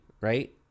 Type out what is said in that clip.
right